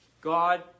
God